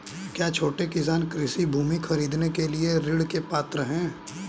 क्या छोटे किसान कृषि भूमि खरीदने के लिए ऋण के पात्र हैं?